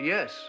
Yes